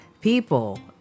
people